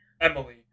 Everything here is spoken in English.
Emily